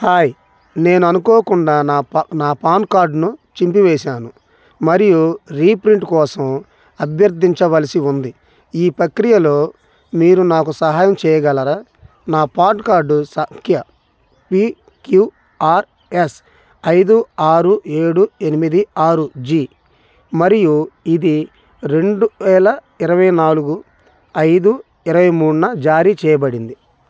hi నేను అనుకోకుండా నా నా పాన్ కార్డును చింపివేసాను మరియు రీప్రింట్ కోసం అభ్యర్థించవలసి ఉంది ఈ ప్రక్రియలో మీరు నాకు సహాయం చేయగలరా నా పాన్ కార్డు సంఖ్య పిక్యుఆర్ఎస్ ఐదు ఆరు ఏడు ఎనిమిది ఆరు జి మరియు ఇది రెండు వేల ఇరవై నాలుగు ఐదు ఇరవై మూడున జారీ చేయబడింది